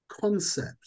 Concept